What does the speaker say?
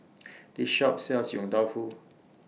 This Shop sells Yong Tau Foo